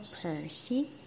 Percy